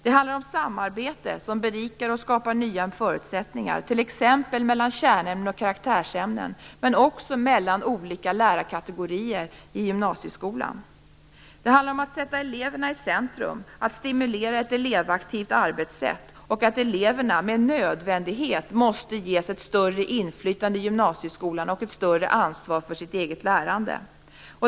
Det handlar om samarbete, som berikar och skapar nya förutsättningar, t.ex. mellan kärnämnen och karaktärsämnen men också mellan olika lärarkategorier i gymnasieskolan. Det handlar om att sätta eleverna i centrum, att stimulera ett elevaktivt arbetssätt och att eleverna med nödvändighet måste ges ett större inflytande i gymnasieskolan och ett större ansvar för sitt eget lärande.